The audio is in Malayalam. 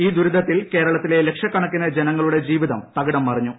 ഈ ദുരിതത്തിൽ കേരളത്തിലെ ലക്ഷക്കണക്കിന് ജനങ്ങളുടെ ജീവിതം തകിടം മറിഞ്ഞു